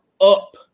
up